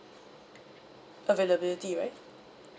availability right